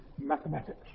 mathematics